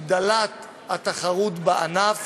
הגדלת התחרות בענף